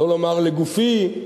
לא לומר, לגופי,